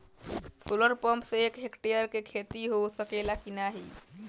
Solar pump से एक hectare क खेती हो सकेला की नाहीं?